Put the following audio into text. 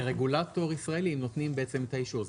כרגולטור ישראלי הם נותנים בעצם את האישור,